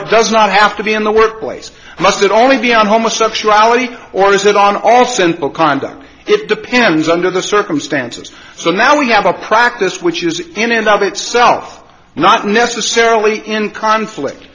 it does not have to be in the workplace must only be on homosexuality or is that on all simple conduct it depends under the circumstances so now we have a practice which is in and of itself not necessarily in conflict